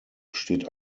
steht